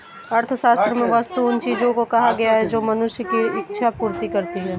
अर्थशास्त्र में वस्तु उन चीजों को कहा गया है जो मनुष्य की इक्षा पूर्ति करती हैं